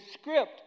script